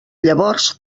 llavors